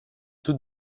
tout